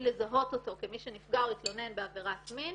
לזהות אותו כמי שנפגע או התלונן בעבירת מין,